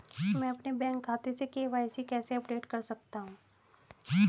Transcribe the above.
मैं अपने बैंक खाते में के.वाई.सी कैसे अपडेट कर सकता हूँ?